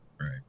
right